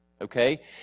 Okay